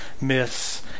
myths